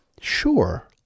sure